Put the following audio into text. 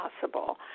possible